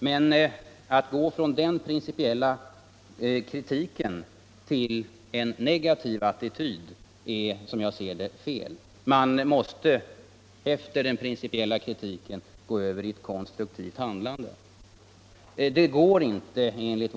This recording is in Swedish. Men att gå från den principiella kritiken till en negativ attityd är som jag ser det fel; efter den principiella kritiken måste man i stället gå över till ett konstruktivt handlande.